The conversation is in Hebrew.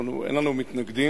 אנחנו, אין לנו מתנגדים.